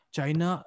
China